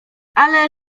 ale